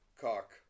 cock